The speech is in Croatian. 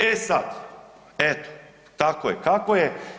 E sad, eto tako je kako je.